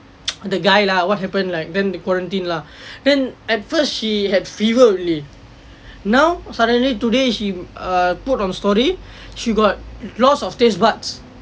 the guy lah what happened like then the quarantine lah then at first she had fever only now suddenly today she err put on story she got lost of taste buds